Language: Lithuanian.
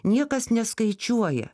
niekas neskaičiuoja